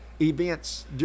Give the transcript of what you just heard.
events